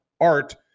art